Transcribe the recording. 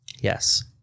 Yes